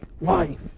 life